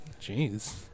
Jeez